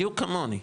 בדיוק כמוני,